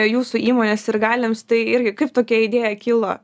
jūsų įmonės sirgaliams tai irgi kaip tokia idėja kilo